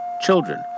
children